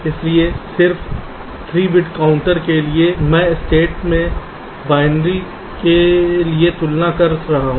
सलिए सिर्फ 3 bit counter के लिए मैं स्टेट में बाइनरी के लिए तुलना कर रहा हूं